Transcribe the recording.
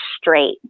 straight